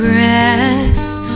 rest